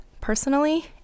personally